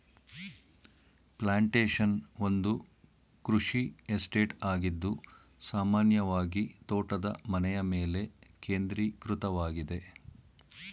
plantation ಒಂದು ಕೃಷಿ estate ಆಗಿದ್ದು ಸಾಮಾನ್ಯವಾಗಿತೋಟದ ಮನೆಯಮೇಲೆ ಕೇಂದ್ರೀಕೃತವಾಗಿದೆ